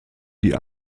die